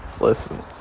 listen